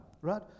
right